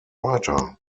writer